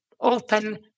open